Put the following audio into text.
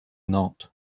not